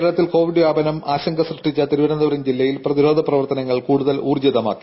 കേരളത്തിൽ കോവിഡ് വ്യാപനം ആശങ്ക സൃഷ്ടിച്ച തിരുവനന്തപുരം ജില്ലയിൽ പ്രതിരോധ പ്രവർത്തനങ്ങൾ കൂടുതൽ ഉൌർജ്ജിതമാക്കി